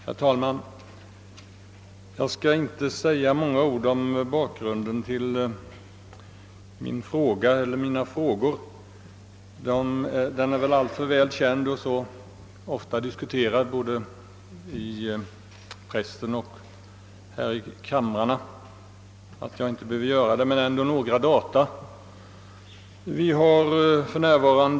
Herr talman! Jag skall inte säga många ord om bakgrunden till de frågor jag rest i interpellationen — denna bakgrund är alltför väl känd och ofta diskuterad både i pressen och här i riksdagen för att jag skall behöva lämna någon redovisning. Men låt mig ändå nämna ett par data.